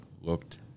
looked